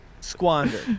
Squander